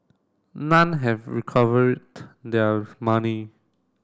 none have recovered their money